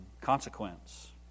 consequence